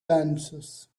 dancers